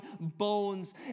bones